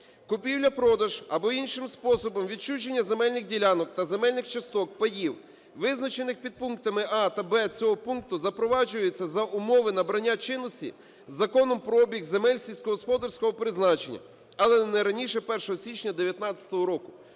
"Купівля-продаж або іншим способом відчуження земельних ділянок та земельних часток (паїв), визначених підпунктами "а" та "б" цього пункту, запроваджуються за умови набрання чинності Законом про обіг земель сільськогосподарського призначення, але не раніше 1 січня 19-го року".